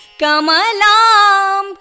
Kamalam